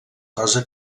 cosa